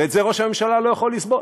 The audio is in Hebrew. ואת זה ראש הממשלה לא יכול לסבול.